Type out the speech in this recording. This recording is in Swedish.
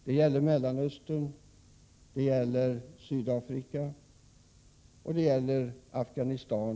Detta gäller Mellanöstern, Sydafrika och Afghanistan.